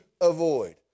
avoid